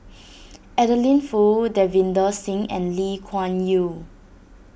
Adeline Foo Davinder Singh and Lee Kuan Yew